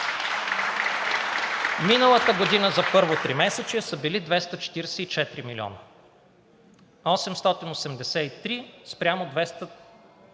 Миналата година за първо тримесечие са били 244 милиона – 883 спрямо 244 миналата